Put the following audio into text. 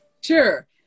Sure